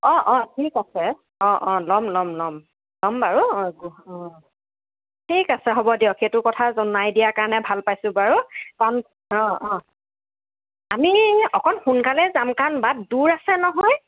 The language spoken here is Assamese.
অঁ অঁ ঠিক আছে অঁ অঁ ল'ম ল'ম ল'ম ল'ম বাৰু অঁ ঠিক আছে হ'ব দিয়ক সেইটো কথা জনাই দিয়াৰ কাৰণে ভাল পাইছোঁ বাৰু ক'ম অঁ অঁ আমি অকণ সোনকালে যাম কাৰণ বাট দূৰ আছে নহয়